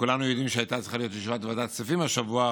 כולנו יודעים שהייתה צריכה להיות ישיבה של ועדת הכספים השבוע,